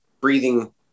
breathing